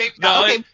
No